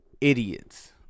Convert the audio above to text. idiots